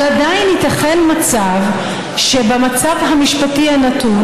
אבל עדיין ייתכן מצב שבמצב המשפטי הנתון